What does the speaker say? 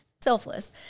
Selfless